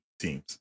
teams